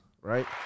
right